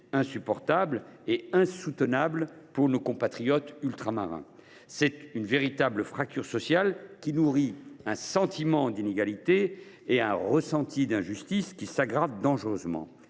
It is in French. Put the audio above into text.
insupportable et insoutenable pour nos compatriotes ultramarins. Cela constitue une véritable fracture sociale, qui nourrit un sentiment d’inégalité et un ressenti d’injustice. Ces derniers s’aggravent dangereusement.